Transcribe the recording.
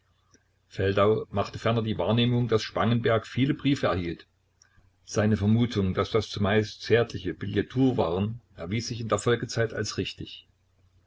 feldau machte ferner die wahrnehmung daß spangenberg viele briefe erhielt seine vermutung daß das zumeist zärtliche billetsdour waren erwies sich in der folgezeit als richtig